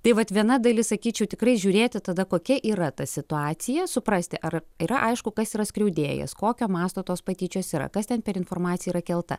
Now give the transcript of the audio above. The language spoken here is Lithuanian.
tai vat viena dalis sakyčiau tikrai žiūrėti tada kokia yra ta situacija suprasti ar yra aišku kas yra skriaudėjas kokio masto tos patyčios yra kas ten per informacija yra kelta